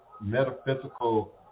metaphysical